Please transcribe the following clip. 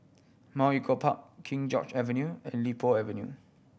Mount Echo Park King George Avenue and Li Po Avenue